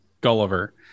Gulliver